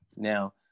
Now